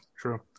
true